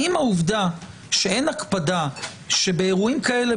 האם העובדה שאין הקפדה באירועים כאלה,